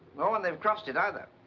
nor when they've crossed it either.